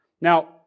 Now